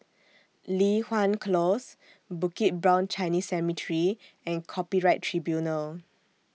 Li Hwan Close Bukit Brown Chinese Cemetery and Copyright Tribunal